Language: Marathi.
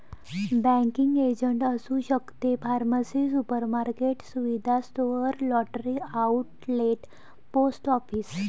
बँकिंग एजंट असू शकते फार्मसी सुपरमार्केट सुविधा store lottery outlet post office